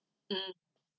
mm